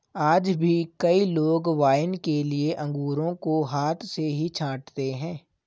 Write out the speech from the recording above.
आज भी कई लोग वाइन के लिए अंगूरों को हाथ से ही छाँटते हैं